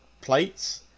plates